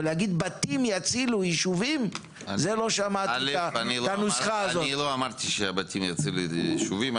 אבל לא שמעתי את הנוסחה שבתים יצילו יישובים.